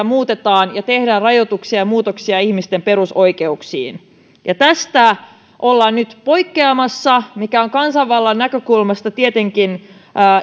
muutetaan ja tehdään rajoituksia ja muutoksia ihmisten perusoikeuksiin tästä ollaan nyt poikkeamassa mikä on kansanvallan näkökulmasta tietenkin